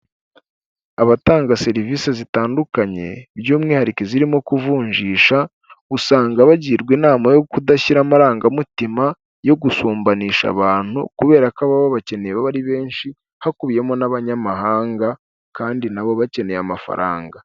Abatanga serivisi zitandukanye by'umwihariko zirimo ku kuvunjisha usanga bagirwa inama yo kudashyira amarangamutima yo gusumbanisha abantu kubera ko baba bakene bari ari benshi hakubiyemo n'abanyamahanga kandi nabo bakeneye amafaranga.